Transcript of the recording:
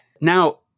Now